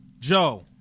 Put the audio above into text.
joe